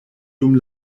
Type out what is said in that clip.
dum